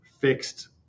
fixed